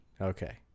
Okay